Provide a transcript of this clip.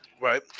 Right